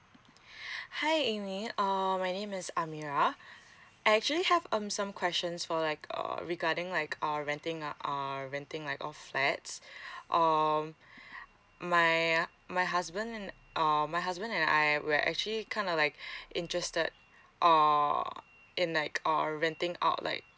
hi ammy um my name is amira I actually have um some questions for like uh regarding like err renting err out err renting like of flats um my my husband err and um my husband and I we are actually err kind of like interested err in like err renting out like